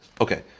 Okay